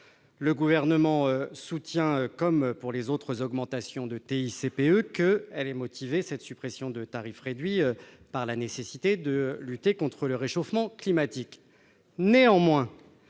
Le Gouvernement soutient, comme pour les autres augmentations de TICPE, que cette suppression est motivée par la nécessité de lutter contre le réchauffement climatique.